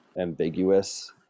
ambiguous